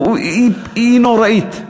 היא נוראית.